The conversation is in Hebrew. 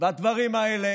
והדברים האלה